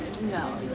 No